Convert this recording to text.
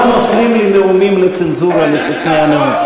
לא מוסרים לי נאומים לצנזורה לפני שנואמים.